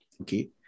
okay